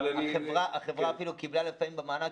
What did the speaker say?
אבל אני --- החברה אפילו קיבלה לפעמים במענק